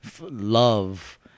love